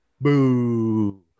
boo